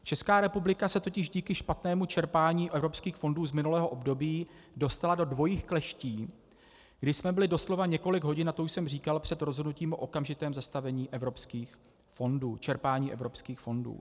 Česká republika se totiž díky špatnému čerpání evropských fondů z minulého období dostala do dvojích kleští, kdy jsme byli doslova několik hodin, a to už jsem říkal, před rozhodnutím o okamžitém zastavení čerpání evropských fondů.